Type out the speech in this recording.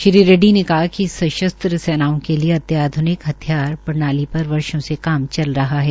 श्री रेडडी ने कहा कि सशस्त्र सेनाओं के लिए अत्याध्निक हथियार प्रणाली पर वर्षो से काम कर रहा है